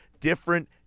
different